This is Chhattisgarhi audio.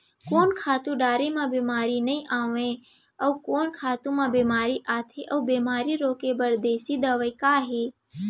कोन खातू डारे म बेमारी नई आये, अऊ कोन खातू म बेमारी आथे अऊ बेमारी रोके बर देसी दवा का हे?